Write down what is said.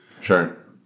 sure